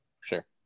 Sure